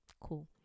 cool